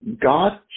God